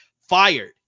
fired